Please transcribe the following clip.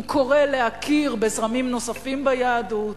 הוא קורא להכיר בזרמים נוספים ביהדות,